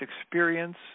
experience